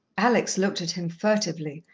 alex looked at him furtively,